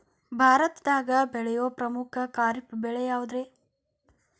ಭಾರತದಾಗ ಬೆಳೆಯೋ ಪ್ರಮುಖ ಖಾರಿಫ್ ಬೆಳೆ ಯಾವುದ್ರೇ?